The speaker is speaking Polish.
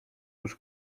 już